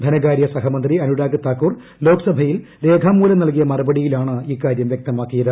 ധനകാര്യസഹമന്ത്രി അനുരാഗ്താക്കൂർ ലോക്സഭയിൽ രേഖാമൂലം നല്കിയ മറുപടിയിലാണ് ഇക്കാര്യം വൃക്തമാക്കിയത്